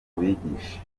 mubigishe